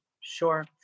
Sure